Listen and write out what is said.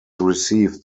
received